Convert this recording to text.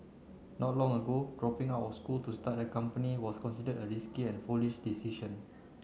not long ago dropping out of school to start a company was considered a risky and foolish decision